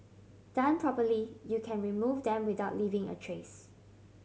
done properly you can remove them without leaving a trace